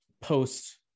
post